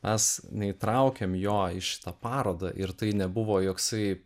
mes neįtraukėm jo į šitą parodą ir tai nebuvo joksai